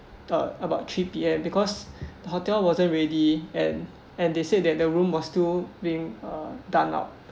uh about three P_M because the hotel wasn't ready and and they said that the room was still being uh done up